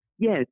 Yes